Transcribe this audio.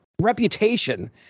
reputation